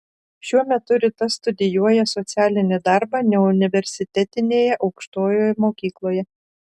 šiuo metu rita studijuoja socialinį darbą neuniversitetinėje aukštojoje mokykloje